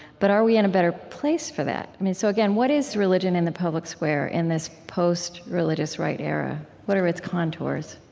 but are we in a better place for that so again, what is religion in the public square in this post-religious right era? what are its contours?